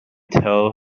tell